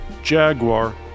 Jaguar